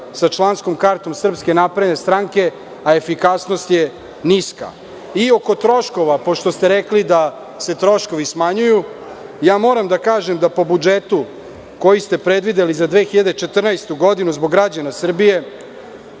sa članskom kartom SNS, a efikasnost je niska. Oko troškova pošto ste rekli da se troškovi smanjuju, moram da kažem da po budžetu koji ste predvideli za 2014. godinu zbog građana Srbije,